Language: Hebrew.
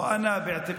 ולפי